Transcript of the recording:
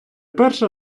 перша